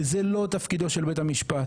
וזה לא תפקידו של בית המשפט,